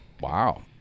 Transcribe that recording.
Wow